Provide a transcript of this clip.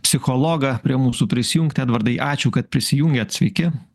psichologą prie mūsų prisijungti edvardai ačiū kad prisijungėt sveiki